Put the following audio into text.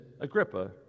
Agrippa